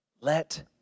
Let